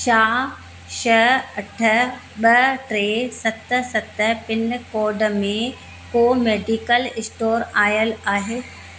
छा छह अठ ॿ टे सत सत पिनकोड में को मेडिकल स्टोर आयल आहे